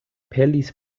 pelis